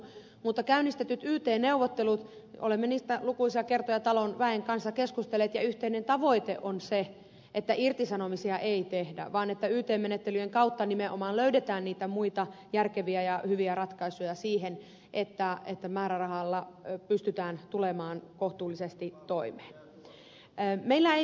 mutta käynnistetyistä yt neuvotteluista olemme lukuisia kertoja talon väen kanssa keskustelleet ja yhteinen tavoite on se että irtisanomisia ei tehdä vaan yt menettelyjen kautta nimenomaan löydetään niitä muita järkeviä ja hyviä ratkaisuja siihen että määrärahalla pystytään tulemaan kohtuullisesti toimeen